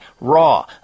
raw